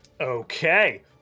Okay